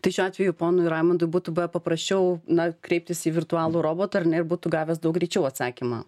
tai šiuo atveju ponui raimundui būtų buvę paprasčiau na kreiptis į virtualų robotą ar ne ir būtų gavęs daug greičiau atsakymą